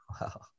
wow